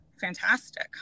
fantastic